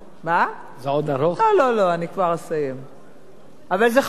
לא לא לא, אני כבר אסיים.